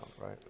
right